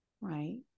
Right